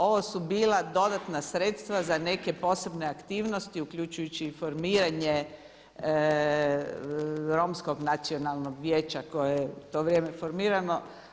Ovo su bila dodatna sredstva za neke posebne aktivnosti uključujući i formiranje Romskog nacionalnog vijeća koje je u to vrijeme formirano.